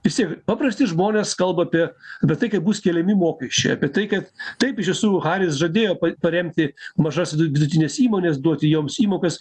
vis tiek paprasti žmonės kalba apie apie tai kaip bus keliami mokesčiai apie tai kad taip iš tiesų haris žadėjo paremti mažas vidutines įmones duoti joms įmokas